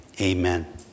Amen